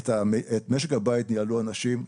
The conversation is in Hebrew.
את משק הבית ניהלו הנשים,